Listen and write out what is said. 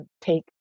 take